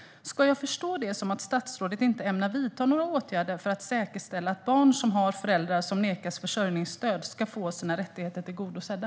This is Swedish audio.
Ska jag förstå det som att stadsrådet inte ämnar vidta några åtgärder för att säkerställa att barn som har föräldrar som nekas försörjningsstöd ska få sina rättigheter tillgodosedda?